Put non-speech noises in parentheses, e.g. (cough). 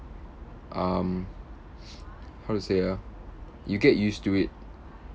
um (noise) how to say ah you get used to it